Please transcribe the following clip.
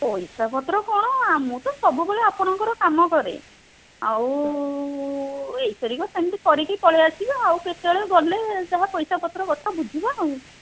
ପଇସା ପତ୍ର କ'ଣ ମୁଁ ତ ସବୁବେଳେ ଆପଣଙ୍କର କାମ କରେ ଆଉ ଏହି ଥରିକ ସେମିତି କରିକି ପଳାଇ ଆସିବି ଆଉ କେତେବେଳେ ଗଲେ ଯାହା ପଇସା ପତ୍ର କଥା ବୁଝିବା ଆଉ